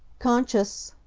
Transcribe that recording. conscious!